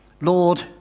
Lord